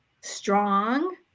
strong